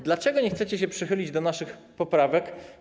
Dlaczego nie chcecie się przychylić do naszych poprawek?